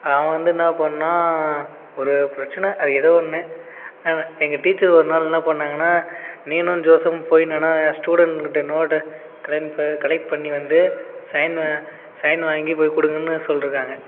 அவன் வந்து என்ன பண்ணிணான் ஒரு பிரச்சனை அது ஏதோ ஒன்று எங்கள் டீச்சர் ஒரு நாள் என்னா பண்ணாங்கன்னா நீனும் ஜோசஃப்பும் போய் என்னன்னா ஸ்டூடெண்ட்கிட்ட நோட்டை கலென் ப கலெக்ட் பண்ணி வந்து சைனு சைன் வாங்கி போய் கொடுங்கன்னு சொல்லிருக்காங்க